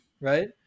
right